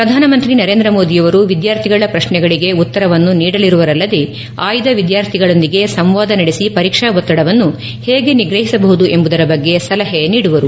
ಪ್ರಧಾನಮಂತ್ರಿ ನರೇಂದ್ರ ಮೋದಿಯವರು ವಿದ್ಯಾರ್ಥಿಗಳ ಪ್ರಶ್ನೆಗಳಿಗೆ ಉತ್ತರವನ್ನು ನೀಡಲಿರುವರಲ್ಲದೇ ಆಯ್ದ ವಿದ್ಯಾರ್ಥಿಗಳೊಂದಿಗೆ ಸಂವಾದ ನಡೆಸಿ ವರೀಕ್ಷಾ ಒತ್ತಡವನ್ನು ಹೇಗೆ ನಿಗ್ರಹಿಸಬಹುದು ಎಂಬುದರ ಬಗ್ಗೆ ಸಲಹೆ ನೀಡುವರು